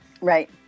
Right